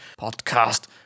podcast